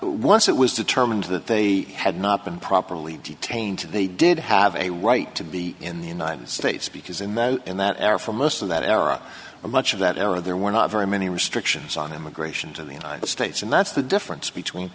once it was determined that they had not been properly detained they did have a right to be in the united states because in those in that era for most of that era much of that era there were not very many restrictions on immigration to the united states and that's the difference between